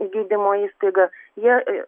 į gydymo įstaigas jie